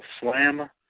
Slam